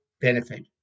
benefit